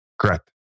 Correct